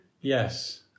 Yes